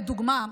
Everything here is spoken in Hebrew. לדוגמה,